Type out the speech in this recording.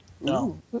No